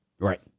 Right